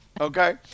Okay